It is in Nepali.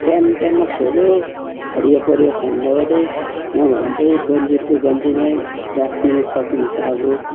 टाइम टाइममा खोल्यो हरियो परियो खानु लगाउँदै नभने त्यही गन्जिरको गन्जिरमै राख्नुसकिन्छ अब